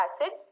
acid